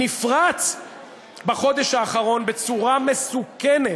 נפרץ בחודש האחרון בצורה מסוכנת.